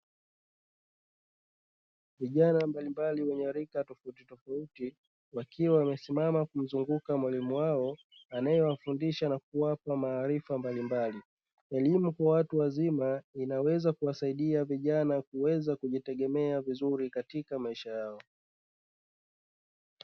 Vijana mbalimbali wenye rika tofautitofauti, wakiwa wamesimama kumzunguka mwalimu wao anayewafundisha na kuwapa maarifa mbalimbali. Elimu kwa watu wazima inaweza kuwasaidia vijana kuweza kujitegemea vizuri katika maisha yao.